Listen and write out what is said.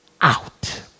out